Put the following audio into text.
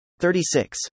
36